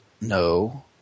no